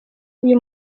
uyu